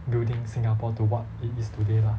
building singapore to what it is today lah